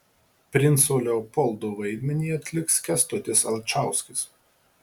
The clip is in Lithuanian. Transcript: princo leopoldo vaidmenį atliks kęstutis alčauskis